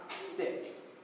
stick